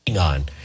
on